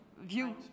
view